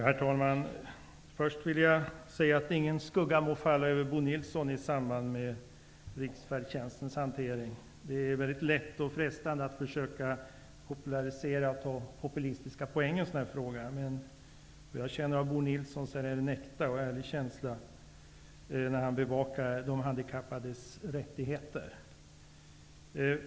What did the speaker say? Herr talman! Jag vill först säga att ingen skugga må falla över Bo Nilsson i samband med riksfärdtjänstfrågans hantering. Det är lätt och frestande att försöka popularisera och ta hem poänger i den här typen av frågor. Men som jag känner Bo Nilsson är hans känsla äkta och ärlig, när han bevakar de handikappades rättigheter.